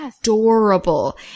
adorable